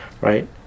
right